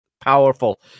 powerful